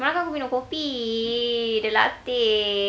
semalam aku minum kopi the latte